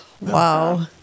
Wow